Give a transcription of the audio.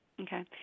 Okay